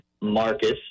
Marcus